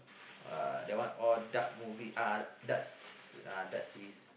uh that one all dark movie uh dark dark series